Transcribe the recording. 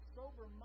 sober